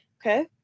Okay